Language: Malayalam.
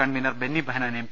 convener Benny Behanan M